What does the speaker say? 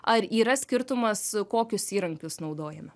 ar yra skirtumas kokius įrankius naudojame